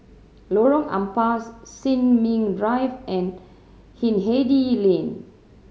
Lorong Ampas Sin Ming Drive and Hindhede Lane